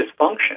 dysfunction